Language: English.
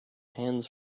hands